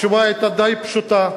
התשובה היתה די פשוטה: